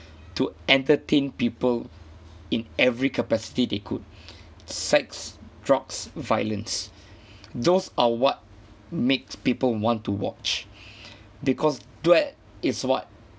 to entertain people in every capacity they could sex drugs violence those are what makes people want to watch because that is what